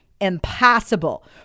impossible